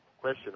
question